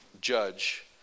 judge